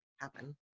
happen